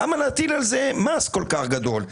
למה להטיל על זה מס כל כך גדול?